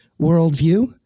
worldview